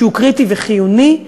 שהוא קריטי וחיוני,